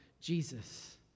Jesus